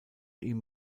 ihm